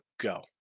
go